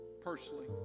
personally